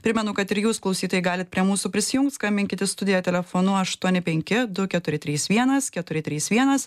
primenu kad ir jūs klausytojai galit prie mūsų prisijungt skambinkit į studiją telefonu aštuoni penki du keturi trys vienas keturi trys vienas